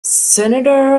senator